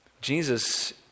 Jesus